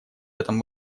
этом